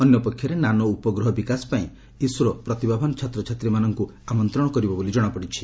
ଅନ୍ୟ ପକ୍ଷରେ ନାନୋ ଉପଗ୍ରହ ବିକାଶ ପାଇଁ ଇସ୍ରୋ ପ୍ରତିଭାବାନ ଛାତ୍ରଛାତ୍ରୀମାନଙ୍କୁ ଆମନ୍ତ୍ରଣ କରିବ ବୋଲି ଜଣାପଡ଼ିଛି